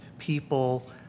people